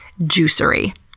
juicery